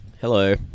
Hello